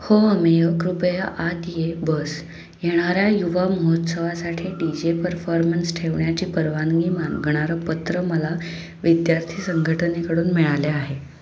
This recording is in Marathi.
हो अमेय कृपया आत ये बस येणाऱ्या युवा महोत्सवासाठी डी जे परफॉर्मन्स ठेवण्याची परवानगी मागणारं पत्र मला विद्यार्थी संघटनेकडून मिळाले आहे